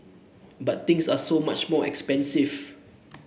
but things are so much more expensive